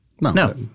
No